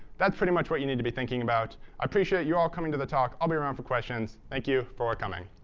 that's pretty much what you need to be thinking about. i appreciate you all coming to the talk. i'll be around for questions. thank you for coming.